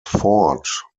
fort